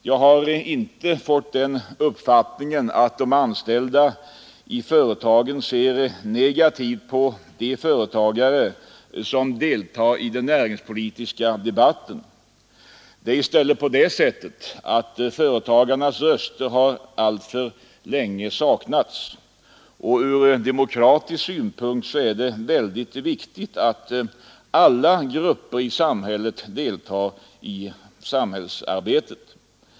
Jag har inte fått den uppfattningen att de anställda i företagen ser negativt på de företagare som deltar i den näringspolitiska debatten. I stället är det på det sättet att företagarnas röster alltför länge har saknats, och från demokratisk synpunkt är det mycket viktigt att alla grupper i samhället deltar i samhällsarbetet.